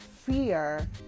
fear